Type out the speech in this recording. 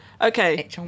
Okay